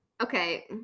okay